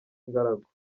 ingaragu